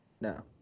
No